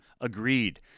Agreed